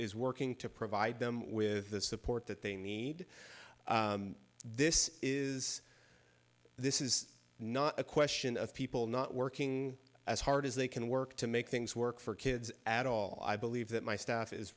is working to provide them with the support that they need this is this is not a question of people not working as hard as they can work to make things work for kids at all i believe that my staff is